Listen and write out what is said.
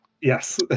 Yes